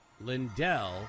Lindell